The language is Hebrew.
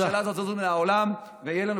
הממשלה הזאת תזוז מן העולם ותהיה לנו,